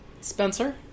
Spencer